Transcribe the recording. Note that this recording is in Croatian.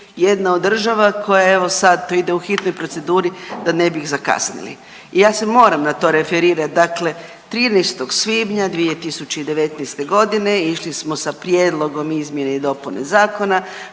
jedna od država koja evo, sad to ide u hitnoj proceduri da ne bi zakasnili i ja se moram na to referirati, dakle 13. svibnja 2019. g. išli smo sa prijedlogom izmjene i dopune zakona